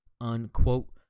unquote